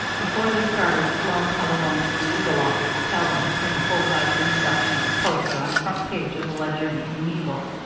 before they started sloan telephoned to the eagle office to tell them to print a full-sized reproduction of his poster on the front page of the ledyard evening eagle.